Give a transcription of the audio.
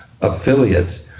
affiliates